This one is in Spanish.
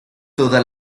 toda